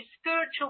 spiritual